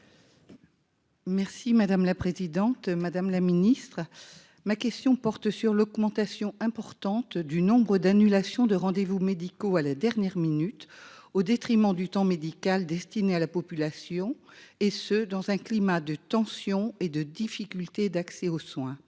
Merci madame la présidente, madame la ministre ma question porte sur l'augmentation importante du nombre d'annulations de rendez-vous médicaux à la dernière minute au détriment du temps médical destiné à la population et ce dans un climat de tension et de difficulté d'accès aux soins